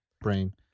brain